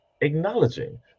acknowledging